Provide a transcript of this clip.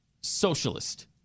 socialist